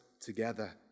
together